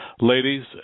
ladies